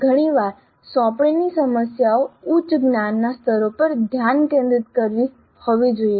ઘણીવાર સોંપણીની સમસ્યાઓ ઉચ્ચ જ્ઞાનના સ્તરો પર ધ્યાન કેન્દ્રિત કરતી હોવી જોઈએ